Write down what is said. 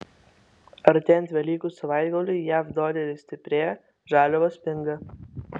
artėjant velykų savaitgaliui jav doleris stiprėja žaliavos pinga